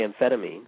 amphetamine